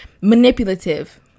Manipulative